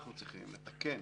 אנחנו צריכים לתקן